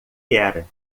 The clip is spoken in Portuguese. era